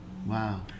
Wow